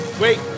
Wait